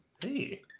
Hey